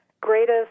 greatest